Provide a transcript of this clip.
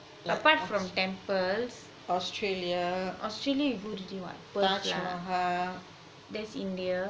apart from temples australia you go to do what that's india